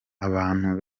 abantu